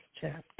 chapter